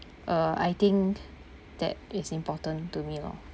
uh I think that is important to me loh